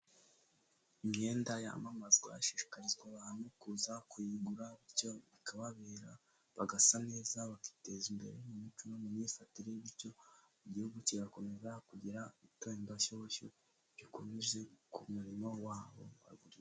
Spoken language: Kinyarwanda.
aiamyenda yamamazwa ashishikarizwa abantu kuza kuyigura bityo bikababera bagasa neza bakiteza imbere mu muco no mu myifatire, bityo igihugu kigakomeza kugira itembanshyushyu gikomeze ku murimo wabo.